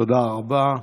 תודה רבה.